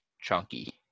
chunky